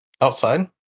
outside